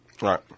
right